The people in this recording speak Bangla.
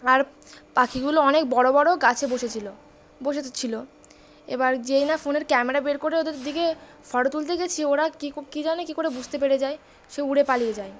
আর পাখিগুলো অনেক বড়ো বড়ো গাছে বসেছিলো বসে ছিলো এবার যেই না ফোনের ক্যামেরা বের করে ওদের দিকে ফটো তুলতে গেছি ওরা ক কী জানে কী করে বুঝতে পেরে যায় সে উড়ে পালিয়ে যায়